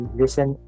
listen